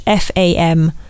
FAM